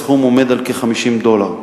הסכום עומד על כ-50 דולר.